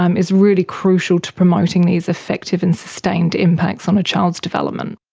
um is really crucial to promoting these effective and sustained impacts on a child's development.